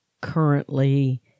currently